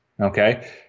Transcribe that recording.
okay